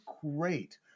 great